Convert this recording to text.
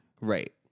Right